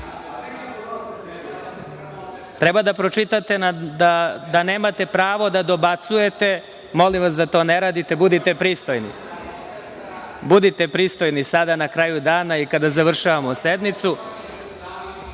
da pročitate, da nemate pravo da dobacujete. Molim vas, da to ne radite, budite pristojni. Budite pristojni sada na kraju dana i kada završavamo sednicu. Marija